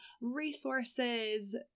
resources